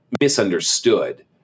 misunderstood